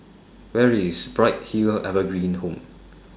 Where IS Bright Hill Evergreen Home